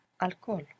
alcohol